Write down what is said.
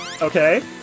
Okay